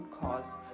cause